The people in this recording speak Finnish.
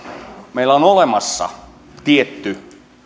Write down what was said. meillä on olemassa tietty